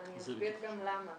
אבל אני אסביר גם למה.